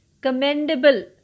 commendable